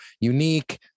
unique